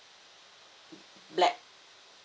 black